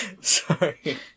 sorry